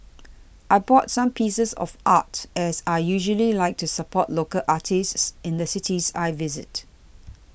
I bought some pieces of art as I usually like to support local artists in the cities I visit